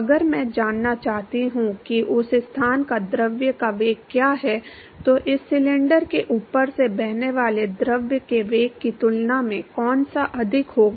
अगर मैं जानना चाहता हूं कि उस स्थान पर द्रव का वेग क्या है तो इस सिलेंडर के ऊपर से बहने वाले द्रव के वेग की तुलना में कौन सा अधिक होगा